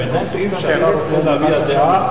בנושאים שאתה רוצה להביע דעה,